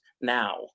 now